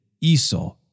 Esau